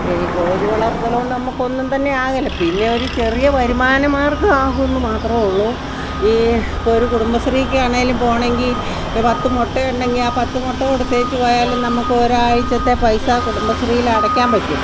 P ഈ കോഴി വളർത്തൽ കൊണ്ട് നമുക്കൊന്നും തന്നെ ആകേല പിന്നെ ഒരു ചെറിയ വരുമാന മാർഗ്ഗം ആകുമെന്ന് മാത്രമേ ഉള്ളു ഈ ഇപ്പോൾ ഒരു കുടുംബശ്രീയ്ക്ക് ആണെങ്കിലും പോകണമെങ്കിൽ ഒരു പത്ത് മുട്ടയുണ്ടെങ്കിൽ ആ പത്ത് മുട്ട കൊടുത്തേച്ച് പോയാലും നമുക്ക് ഒരാഴ്ചത്തെ പൈസാ കുംടുംബശ്രീയിൽ അടയ്ക്കാൻ പറ്റും